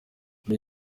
muri